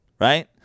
Right